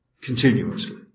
continuously